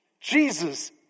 Jesus